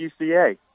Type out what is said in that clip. UCA